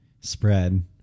spread